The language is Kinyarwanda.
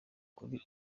kuri